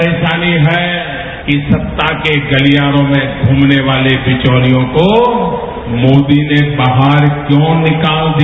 परेशानी है कि सत्ता के गलियारों में घूमने वाले बिचौलियों को मोदी ने बाहर क्यों निकाल दिया